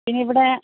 പിന്നെ ഇവിടെ